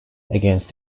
against